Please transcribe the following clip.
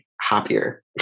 happier